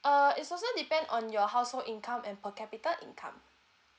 uh is also depend on your household income and per capita income